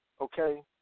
okay